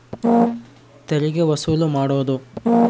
ತೆರಿಗೆ ವಸೂಲು ಮಾಡೋದು